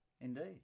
Indeed